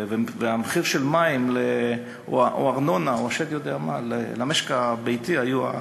והמחיר של מים או ארנונה או השד יודע מה למשק הביתי היו,